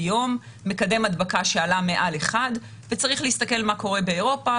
מקדם הדבקה שעלה מעל 1 וצריך להסתכל מה קורה באירופה.